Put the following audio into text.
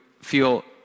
feel